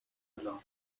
alone